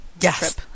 Yes